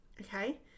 Okay